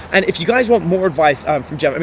and if you guys want more advice um from jeff, and